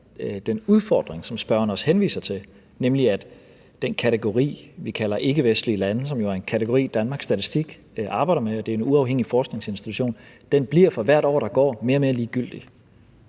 den udfordring, som spørgeren også henviser til, nemlig at den kategori, vi kalder ikkevestlige lande, og som jo er en kategori, som Danmarks Statistik, som er en uafhængig forskningsinstitution, arbejder med, for hvert år, der går, bliver mere og mere ligegyldig,